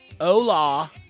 Hola